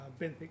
benthic